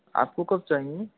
आपको कब चाहिए